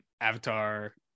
Avatar